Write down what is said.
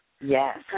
Yes